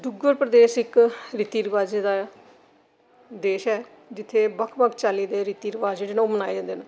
डुग्गर प्रदेश इक रीति रिवाजें दा देश ऐ जित्थै बक्ख बक्ख चाल्ली दे रीति रिवाज जेह्डे़ न ओह् मनाए जंदे न